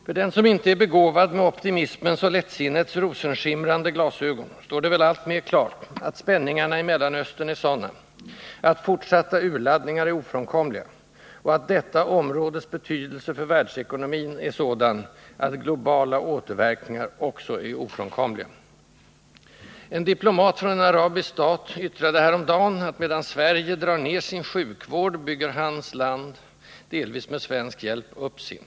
För den som inte är begåvad med optimismens och lättsinnets rosenskimrande glasögon står det väl alltmera klart att spänningarna i Mellanöstern är sådana att fortsatta urladdningar är ofrånkomliga och att detta områdes betydelse för världsekonomin är sådan att globala återverkningar också är ofrånkomliga. En diplomat från en arabisk stat yttrade häromdagen att medan Sverige drar ner sin sjukvård, bygger hans land — delvis med svensk hjälp—upp sin.